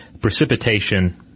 precipitation